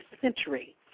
century